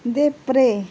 देब्रे